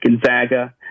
Gonzaga